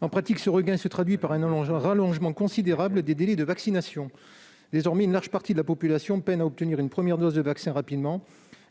En pratique, ce regain se traduit par un allongement considérable des délais de vaccination. Désormais, une large partie de la population peine à obtenir une première dose de vaccin rapidement